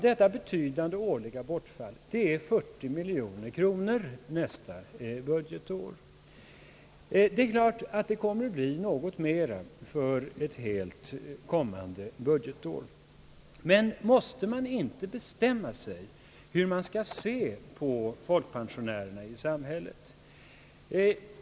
Detta »betydande» årliga bortfall är 40 miljoner kronor nästa budgetår. Det är klart att det kommer att bli något mera för ett helt kommande budgetår. Men måste man inte bestämma sig för hur man skall se på folkpensionärerna i samhället?